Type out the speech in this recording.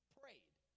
prayed